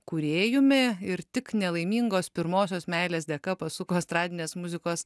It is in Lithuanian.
kūrėjumi ir tik nelaimingos pirmosios meilės dėka pasuko estradinės muzikos